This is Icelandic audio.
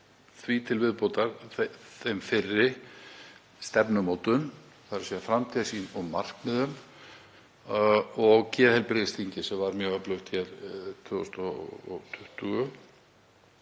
hvílir til viðbótar á fyrri stefnumótun, þ.e. framtíðarsýn og markmiðum, og geðheilbrigðisþingi sem var mjög öflugt 2020